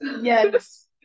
Yes